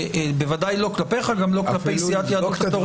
בוודאי לא כלפיך וגם לא כלפי סיעת יהדות התורה.